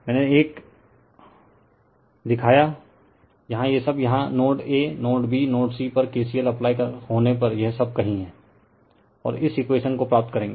मैंने एक दिखाया यहाँ ये सब यहाँ node A node B node C पर KCL अप्लाई होने पर यह सब कही हैं और इस इक्वेशन को प्राप्त करेगा